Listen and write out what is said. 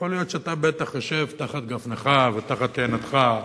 יכול להיות שאתה בטח יושב תחת גפנך ותחת תאנתך,